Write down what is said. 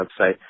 website